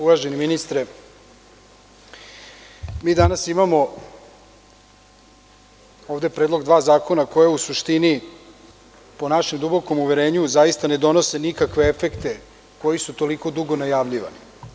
Uvaženi ministre, mi danas ovde imamo predloge dva zakona, koja u suštini, po našem dubokom uverenju, zaista ne donose nikakve efekte koji su toliko dugo najavljivani.